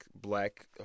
black